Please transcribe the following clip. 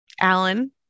Alan